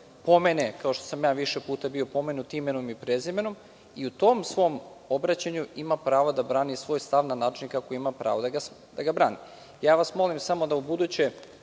pomene, kao što sam ja više puta bio pomenut imenom i prezimenom, i u tom svom obraćanju ima prava da brani svoj stav na način kako ima pravo da ga brani. Ja vas molim samo, da ubuduće